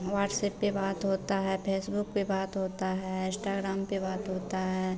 WhatsApp पर बात होती है फेसबुक पर बात होती है इन्स्टाग्राम पर बात होती है